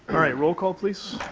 all right, roll call, please.